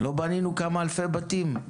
לא בנינו כמה אלפי בתים?